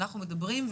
אנחנו מדברים,